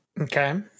Okay